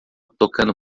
tocando